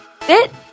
Fit